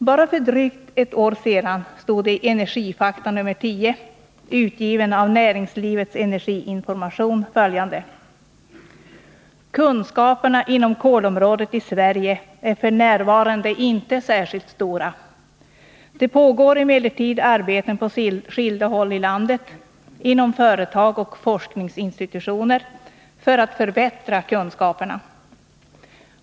Bara för drygt ett år sedan stod det i Energifakta nr 10, utgiven av Näringslivets Energiinformation, följande: ”Kunskaperna inom kolområdet i Sverige är för närvarande inte särskilt stora. Det pågår emellertid arbeten på skilda håll i landet för att förbättra kunskaperna.